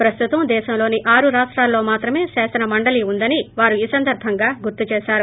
ప్రస్తుతం దేశంలోని ఆరు రాష్టాల్లో మాత్రమే శాసనమండలి ఉందని వారు ఈ సందర్భంగా గుర్తు చేశారు